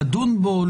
לדון בו,